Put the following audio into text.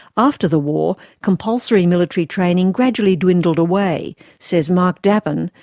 after the war, compulsory military training gradually dwindled away says mark dapin,